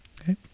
okay